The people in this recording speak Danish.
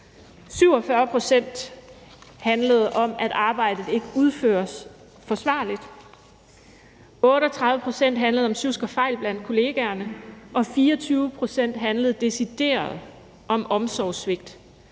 47 pct. handlede om, at arbejdet ikke udføres forsvarligt. 38 pct. handlede om sjusk og fejl blandt kollegaerne. Og 24 pct. handlede decideret om omsorgssvigt.